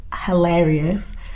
hilarious